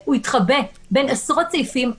הוא התחבא בין עשרות סעיפים,